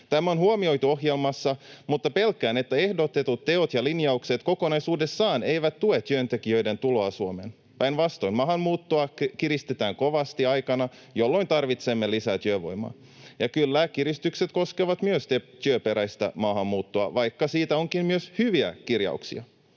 Tämä on huomioitu ohjelmassa, mutta pelkään, että ehdotetut teot ja linjaukset eivät kokonaisuudessaan tue työntekijöiden tuloa Suomeen. Päinvastoin maahanmuuttoa kiristetään kovasti aikana, jolloin tarvitsemme lisää työvoimaa. Ja kyllä, kiristykset koskevat myös työperäistä maahanmuuttoa, vaikka siitä onkin myös hyviä kirjauksia.